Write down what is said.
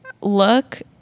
look